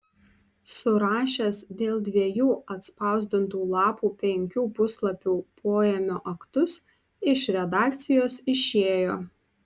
surašęs dėl dviejų atspausdintų lapų penkių puslapių poėmio aktus iš redakcijos išėjo